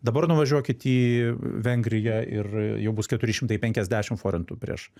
dabar nuvažiuokit į vengriją ir jau bus keturi šimtai penkiasdešim forintų prieš